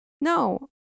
No